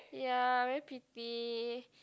ya very pretty